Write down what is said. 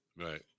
Right